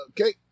Okay